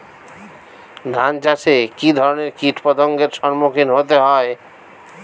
ধান চাষে কী ধরনের কীট পতঙ্গের সম্মুখীন হতে হয়?